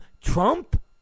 Trump